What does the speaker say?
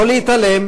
לא להתעלם,